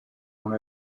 non